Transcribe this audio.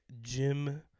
Jim